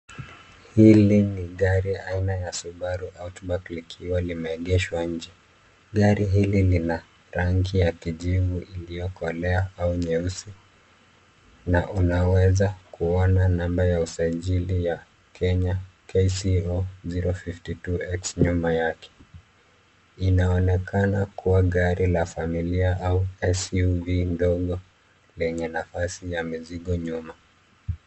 Hili ni gari aina ya Subaru Outback, likiwa limeegeshwa nje. Gari hili ni la rangi ya kijivu iliyokolea au nyeusi, na unaweza kuona namba ya usajili ya Kenya KCO 052X nyuma yake. Inaonekana kuwa gari la familia au SUV ndogo lenye nafasi ya mizigo nyuma.